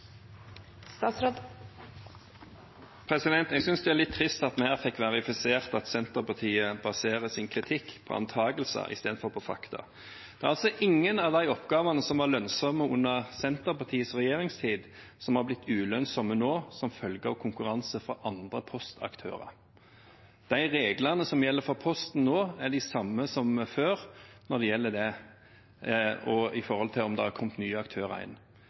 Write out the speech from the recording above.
Jeg synes det er litt trist at vi her fikk verifisert at Senterpartiet baserer sin kritikk på antakelser istedenfor på fakta. Det er altså ingen av de oppgavene som var lønnsomme under Senterpartiets regjeringstid, som har blitt ulønnsomme nå som følge av konkurranse fra andre postaktører. De reglene som gjelder for Posten nå, er de samme som før, når det gjelder at det har kommet nye aktører inn. I så fall er